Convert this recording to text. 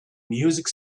music